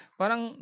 parang